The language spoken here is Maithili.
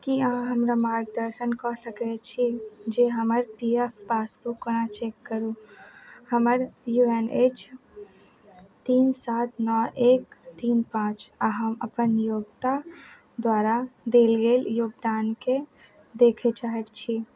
की अहाँ हमरा मार्गदर्शन कऽ सकय छी जे हमर पी एफ पासबुक कोना चेक करू हमर यू एन अछि तीन सात नओ एक तीन पाँच आओर हम अपन योग्यता द्वारा देल गेल योगदानके देखय चाहैत छी